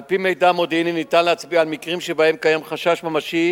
על-פי מידע מודיעיני ניתן להצביע על מקרים שבהם קיים חשש ממשי